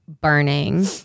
burning